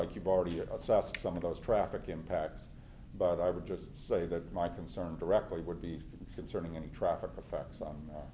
like you've already had some of those traffic impacts but i would just say that my concern directly would be concerning any traffic or facts on the